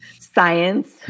science